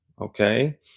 okay